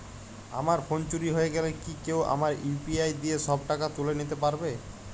আমার ফোন চুরি হয়ে গেলে কি কেউ আমার ইউ.পি.আই দিয়ে সব টাকা তুলে নিতে পারবে?